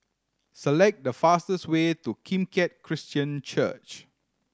select the fastest way to Kim Keat Christian Church